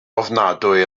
ofnadwy